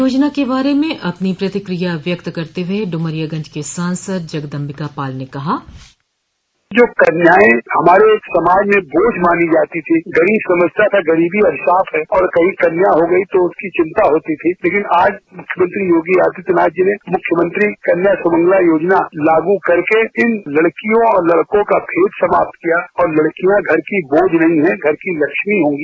योजना के बारे में अपनी प्रतिकिया व्यक्त करते हुए डुमरियागंज के सांसद जगदम्बिका पाल ने कहा बाइट जो कन्याएं हमारे समाज की बोझ मानी जाती थीं गरीब समझता था गरीबी अभिश्राप है और कहीं कन्या हो गयी तो उसकी चिंता होती थी लेकिन आज मुख्यमंत्री योगी आदित्यनाथ जी ने मुख्यमंत्री कन्या सुमंगला योजना लागू करके इन लड़कियों और लड़कों का भेद समाप्त किया और लड़कियां घर की बोझ नहीं हैं घर की लक्ष्मी होंगी